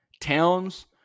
towns